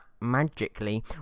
magically